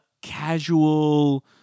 casual